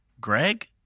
Greg